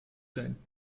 dein